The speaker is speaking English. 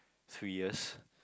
three years